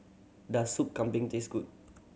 does Sup Kambing taste good